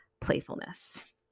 playfulness